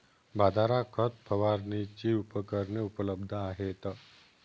बाजारात खत फवारणीची उपकरणे उपलब्ध आहेत